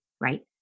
right